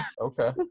okay